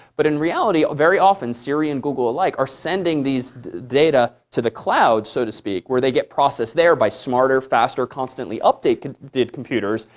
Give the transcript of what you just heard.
but in reality, very often, siri and google alike are sending these data to the cloud, so to speak, where they get processed there by smarter, faster, constantly updated computers,